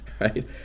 right